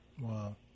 Wow